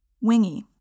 Wingy